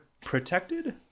protected